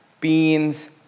beans